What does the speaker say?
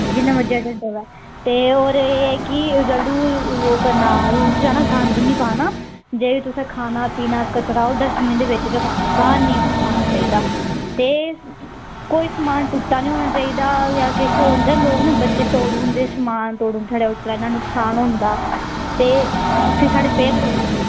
जिन्ने मर्जी अरजैंट होवै ते होर एह् ऐ कि जिसलै ओह् करना रूम च जाना गंद नि पाना जेह्ड़ा तुसें खाना पीना कचरा ओह् डस्टबिन दे बिच्च गै पाना बाह्र नि आना चाहिदा ते कोई समान टुटा नि होना चाहिदा जां केश होंदे न लोक बच्चे तोड़ी ओड़दे समान साढ़ा उतना के नुक्सान होंदा ते फ्ही साढ़ी पेय कटोंदी